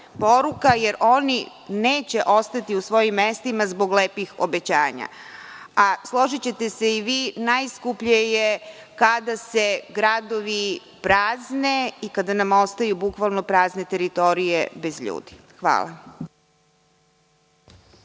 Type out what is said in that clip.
jer oni neće ostati u svojim mestima zbog lepih obećanja. Složićete se i vi, najskuplje je kada se gradovi prazne i kada nam ostaju bukvalno prazne teritorije bez ljudi. Hvala.